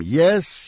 yes